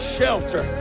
shelter